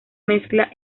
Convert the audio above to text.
mezcla